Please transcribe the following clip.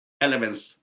elements